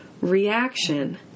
reaction